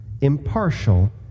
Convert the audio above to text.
impartial